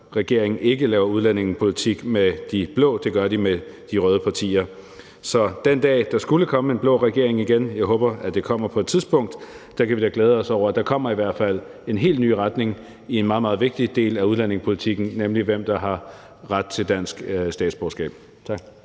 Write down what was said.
regeringen ikke laver udlændingepolitik med de blå, men at de gør det med de røde partier. Så den dag der igen skulle komme en blå regering – jeg håber, at det kommer på et tidspunkt – kan vi da glæde os over, at der i hvert fald kommer en helt ny retning i en meget, meget vigtig del af udlændingepolitikken, nemlig hvem der har ret til dansk statsborgerskab. Tak.